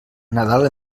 nadal